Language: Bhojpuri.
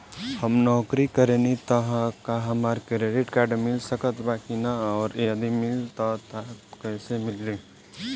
हम नौकरी करेनी त का हमरा क्रेडिट कार्ड मिल सकत बा की न और यदि मिली त कैसे मिली?